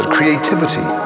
Creativity